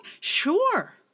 Sure